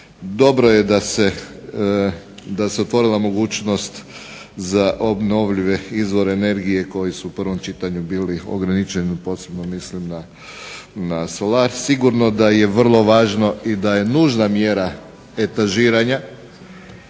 Dobro je da se otvorila mogućnost za obnovljive izvore energije koji su u prvom čitanju bili ograničeni, a posebno mislim na … /Govornik se ne razumije/. Sigurno da je vrlo važno i da je nužna mjera etažiranja